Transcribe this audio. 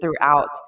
throughout